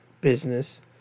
business